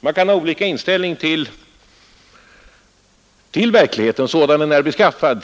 Man kan ha olika inställning till verkligheten i FN-arbetet, sådan den är beskaffad,